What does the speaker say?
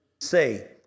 Say